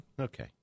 Okay